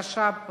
התשע"ב